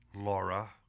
Laura